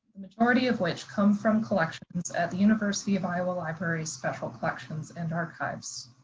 the majority of which come from collections at the university of iowa libraries special collections and archives.